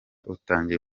utangiye